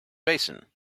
basin